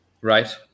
Right